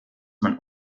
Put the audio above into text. man